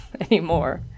anymore